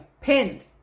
pinned